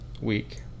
week